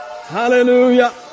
Hallelujah